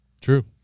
True